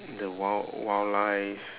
the wild wildlife